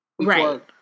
right